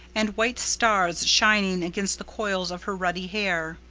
and white stars shining against the coils of her ruddy hair.